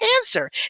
Answer